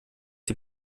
die